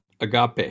agape